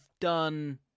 done